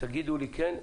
אם תגידו לי כן,